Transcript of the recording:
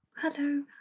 Hello